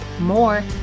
more